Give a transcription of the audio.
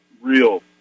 real